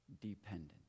dependent